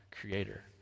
creator